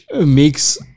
makes